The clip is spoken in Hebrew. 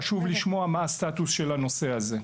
חשוב לשמוע מה הסטטוס של הנושא הזה.